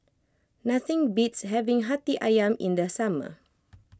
nothing beats having Hati Ayam in the summer